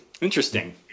interesting